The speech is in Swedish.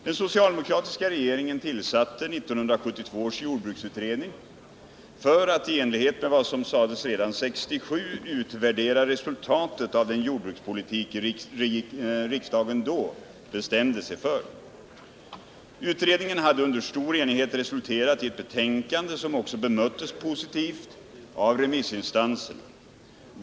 Den socialdemokratiska regeringen tillsatte 1972 års jordbruksutredning för att i enlighet med vad som sades redan 1967 utvärdera resultatet av den jordbrukspolitik riksdagen då bestämde sig för. Utredningen hade under stor enighet resulterat i ett betänkande, som också bemöttes positivt av remissinstanserna.